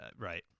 Right